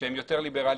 שהן גם יותר ליברליות